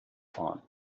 fun